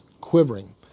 quivering